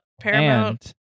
Paramount